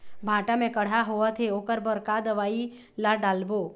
भांटा मे कड़हा होअत हे ओकर बर का दवई ला डालबो?